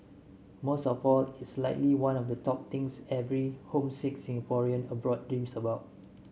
most of all it's likely one of the top things every homesick Singaporean abroad dreams about